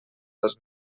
dos